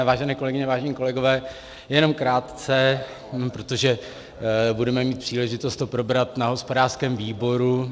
Vážené kolegyně, vážení kolegové, jenom krátce, protože budeme mít příležitost to probrat na hospodářském výboru.